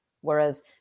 whereas